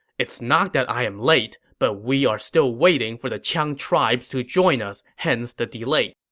it's not that i'm late, but we are still waiting for the qiang tribes to join us, hence the delay.